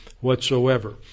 whatsoever